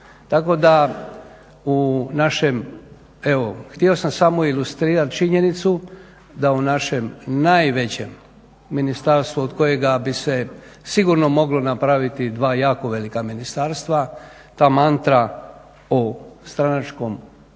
Tako da u našem evo, htio sam samo ilustrirati činjenicu da u našem najvećem ministarstvu od kojega bi se sigurno moglo napraviti dva jako velika ministarstva. Ta mantra o stranačkom i